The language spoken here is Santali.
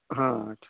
ᱦᱮᱸ ᱟᱪᱪᱷᱟ